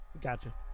Gotcha